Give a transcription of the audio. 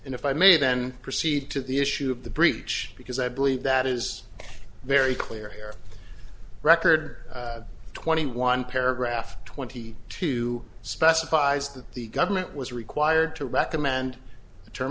and if i may then proceed to the issue of the breach because i believe that is very clear here record twenty one paragraph twenty two specifies that the government was required to recommend a term